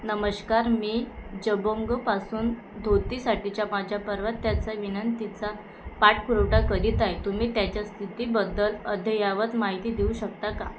नमस्कार मी जबोंगपासून धोतीसाठीच्या माझ्या परताव्याच्या विनंतीचा पाठपुरावा करीत आहे तुम्ही त्याच्या स्थितीबद्दल अद्ययावत माहिती देऊ शकता का